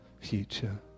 future